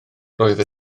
roedd